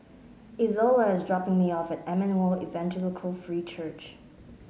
Izola is dropping me off at Emmanuel Evangelical Free Church